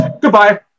goodbye